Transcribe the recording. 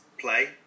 play